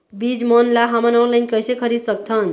बीज मन ला हमन ऑनलाइन कइसे खरीद सकथन?